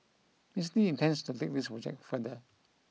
Miss Lin intends to take this project further